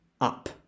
up